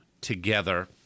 together